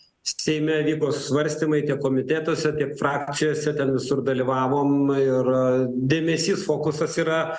seime vyko svarstymai tiek komitetuose tiek frakcijose ten visur dalyvavom ir dėmesys fokusas yra